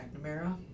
McNamara